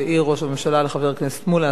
שהעיר ראש הממשלה לחבר הכנסת מולה.